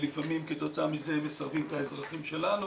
ולפעמים כתוצאה מזה הם מסרבים את האזרחים שלנו.